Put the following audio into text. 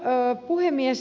hyvä puhemies